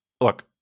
look